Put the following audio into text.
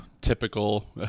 typical